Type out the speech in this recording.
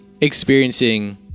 experiencing